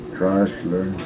Chrysler